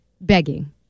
begging